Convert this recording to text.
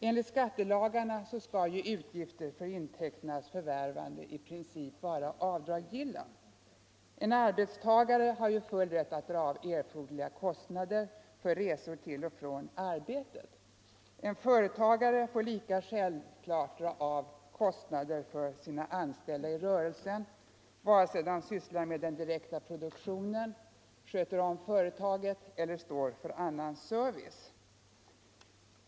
Enligt skattelagarna skall utgifter för intäkternas förvärvande i princip vara avdragsgilla. En arbetstagare har full rätt att dra av erforderliga kostnader för resor till och från arbetet. En företagare får lika självklart dra av kostnader för sina anställda i rörelsen vare sig de sysslar med den direkta produktionen, sköter om företaget eller står för annan service.